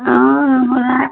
हँ बड़ा